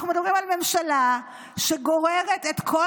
אנחנו מדברים על ממשלה שגוררת את כל